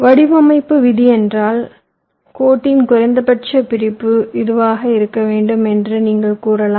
வடிவமைப்பு விதி என்றால் கோட்டின் குறைந்தபட்ச பிரிப்பு இதுவாக இருக்க வேண்டும் என்று நீங்கள் கூறலாம்